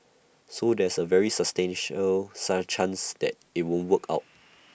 so there's A very substantial chance that IT won't work out